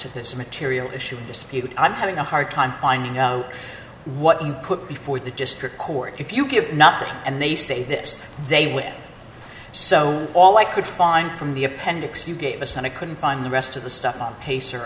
this material issue disputed i'm having a hard time finding out what you put before the district court if you give nothing and they say that they will so all i could find from the appendix you gave us and i couldn't find the rest of the stuff